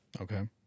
Okay